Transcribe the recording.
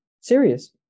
serious